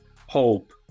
Hope